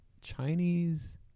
Chinese